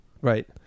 Right